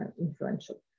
influential